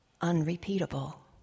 unrepeatable